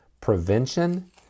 prevention